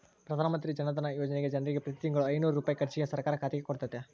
ಪ್ರಧಾನಮಂತ್ರಿ ಜನಧನ ಯೋಜನೆಗ ಜನರಿಗೆ ಪ್ರತಿ ತಿಂಗಳು ಐನೂರು ರೂಪಾಯಿ ಖರ್ಚಿಗೆ ಸರ್ಕಾರ ಖಾತೆಗೆ ಕೊಡುತ್ತತೆ